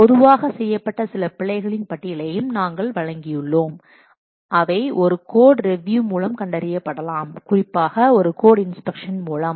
பொதுவாக செய்யப்பட்ட சில பிழைகளின் பட்டியலையும் நாங்கள் வழங்கியுள்ளோம் அவை ஒரு கோட்ரிவியூ மூலம் கண்டறியப்படலாம் குறிப்பாக ஒரு கோட் இன்ஸ்பெக்ஷன் மூலம்